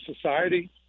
society